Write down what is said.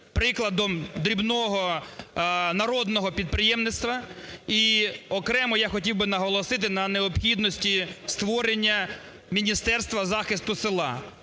прикладом дрібного народного підприємництва. І окремо я хотів би наголосити на необхідності створення міністерства захисту села.